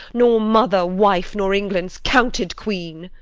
nor mother, wife, nor england's counted queen.